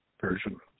version